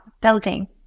building